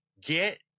Get